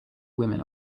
women